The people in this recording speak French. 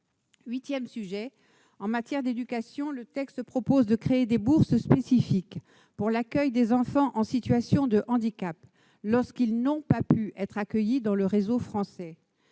sur ce point. En matière d'éducation, il est proposé de créer des bourses spécifiques pour l'accueil des enfants en situation de handicap lorsqu'ils n'ont pas pu être pris en charge dans le réseau français.